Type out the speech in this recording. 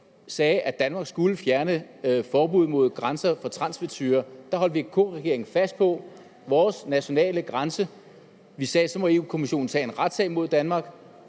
sagde, at Danmark skulle fjerne forbuddet mod grænser for transfedtsyrer, holdt VK-regeringen fast på vores nationale grænse? Vi sagde, at så måtte Europa-Kommissionen tage en retssag mod Danmark,